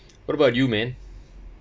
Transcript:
what about you man